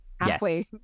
halfway